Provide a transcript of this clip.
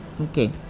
Okay